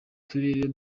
turere